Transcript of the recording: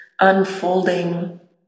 unfolding